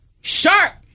Shark